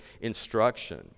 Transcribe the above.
instruction